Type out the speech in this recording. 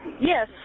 Yes